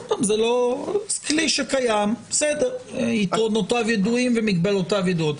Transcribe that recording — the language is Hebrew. זה כלי שקיים, יתרונותיו ידועים ומגבלותיו ידועות.